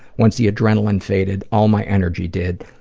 once the adrenaline faded, all my energy did,